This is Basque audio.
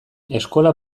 eskola